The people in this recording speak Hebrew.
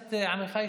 יאכלו,